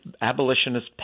abolitionist